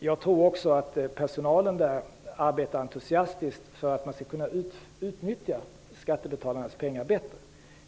Jag tror också att personalen där arbetar entusiastiskt för att skattebetalarnas pengar bättre skall kunna utnyttjas.